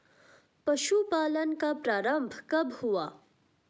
पशुपालन का प्रारंभ कब हुआ?